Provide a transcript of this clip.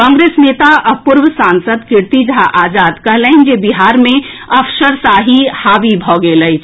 कांग्रेस नेता पूर्व सांसद कीर्ति झा आजाद कहलनि जे बिहार मे अफसरशाही हावी भऽ गेल अछि